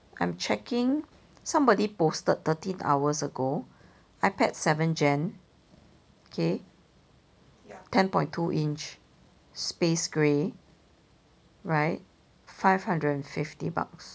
I'm checking somebody posted thirteen hours ago ipad seventh gen okay ten point two inch space grey right five hundred and fifty bucks